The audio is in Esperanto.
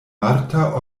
marta